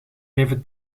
even